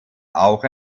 auch